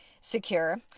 secure